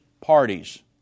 parties